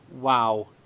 wow